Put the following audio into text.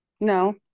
No